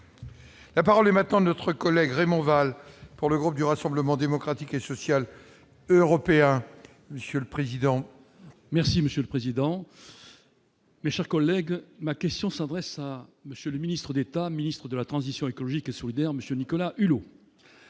La parole est maintenant notre collègue Raymond Vall pour le groupe du Rassemblement démocratique et social européen, monsieur le président. Merci monsieur le président. Mes chers collègues, ma question s'adresse à Monsieur le Ministre d'État, ministre de la transition écologique et solidaire monsieur Nicolas Hulot